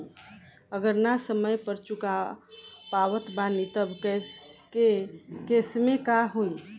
अगर ना समय पर चुका पावत बानी तब के केसमे का होई?